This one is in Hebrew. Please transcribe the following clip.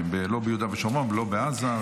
לא ביהודה ושומרון ולא בעזה,